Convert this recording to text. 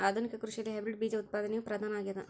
ಆಧುನಿಕ ಕೃಷಿಯಲ್ಲಿ ಹೈಬ್ರಿಡ್ ಬೇಜ ಉತ್ಪಾದನೆಯು ಪ್ರಧಾನ ಆಗ್ಯದ